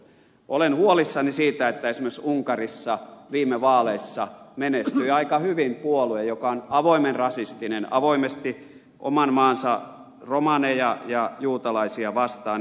olen huolissani siitä että esimerkiksi unkarissa viime vaaleissa menestyi aika hyvin puolue joka on avoimen rasistinen avoimesti oman maansa romaneja ja juutalaisia vastaan